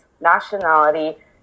Nationality